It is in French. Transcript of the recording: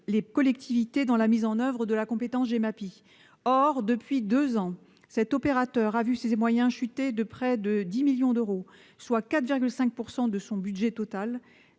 les collectivités dans la mise en oeuvre de la compétence Gemapi. Or, depuis deux ans, cet opérateur a vu ses moyens chuter de près de 10 millions d'euros, soit 4,5 % de son budget total.